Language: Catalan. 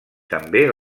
també